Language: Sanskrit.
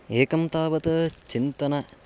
एकं तावत् चिन्तनं